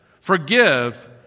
Forgive